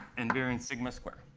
and variance sigma squared.